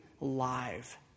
live